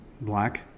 black